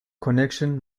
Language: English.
connection